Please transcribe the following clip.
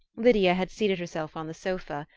lydia had seated herself on the sofa,